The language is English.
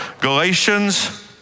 Galatians